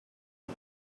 but